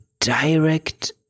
direct